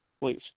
Please